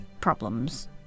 problems